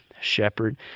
shepherd